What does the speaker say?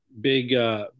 Big